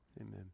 amen